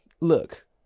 look